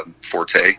forte